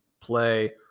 play